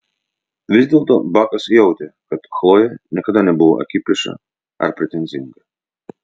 vis dėlto bakas jautė kad chlojė niekada nebuvo akiplėša ar pretenzinga